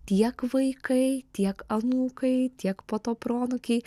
tiek vaikai tiek anūkai tiek po to proanūkiai